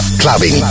Clubbing